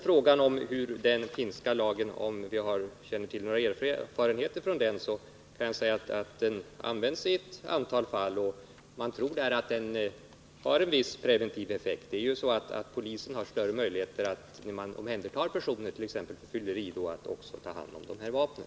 Frågan om vi känner till några erfarenheter av den finska lagen kan jag besvara med att den används i ett antal fall och att man tror att den har en viss preventiv effekt. Polisen har ju därmed större möjligheter att, när den t.ex. omhändertar personer för fylleri, också ta hand om deras vapen.